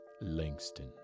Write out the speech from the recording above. Langston